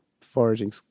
foraging